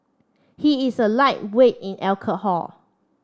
he is a lightweight in alcohol